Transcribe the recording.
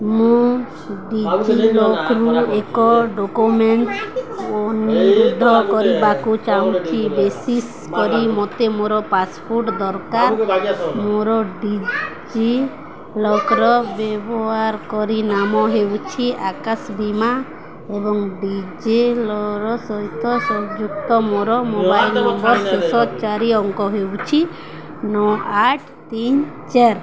ମୁଁ ଡିଜିଲକର୍ରୁ ଏକ ଡକ୍ୟୁମେଣ୍ଟ ପୁନରୁଦ୍ଧାର କରିବାକୁ ଚାହୁଁଛି ବିଶେଷ କରି ମୋତେ ମୋର ପାସପୋର୍ଟ ଦରକାର ମୋର ଡିଜିଲକର୍ର ବ୍ୟବହାରକାରୀ ନାମ ହେଉଛି ଆକାଶ ବୀମା ଏବଂ ଡିଜେଲର ସହିତ ସଂଯୁକ୍ତ ମୋର ମୋବାଇଲ୍ ନମ୍ବର୍ର ଶେଷ ଚାରି ଅଙ୍କ ହେଉଛି ନଅ ଆଠ ତିନି ଚାରି